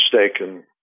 mistaken